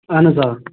اَہَن حظ آ